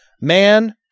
man